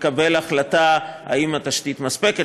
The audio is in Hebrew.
לקבל החלטה אם התשתית מספקת,